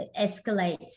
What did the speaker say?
escalates